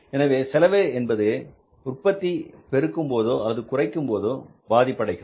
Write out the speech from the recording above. எனவே செலவு என்பது உற்பத்தியை பெருக்கும் போதோ அல்லது குறைக்கும் போது பாதிப்படைகிறது